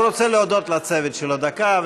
הוא רוצה להודות לצוות שלו דקה,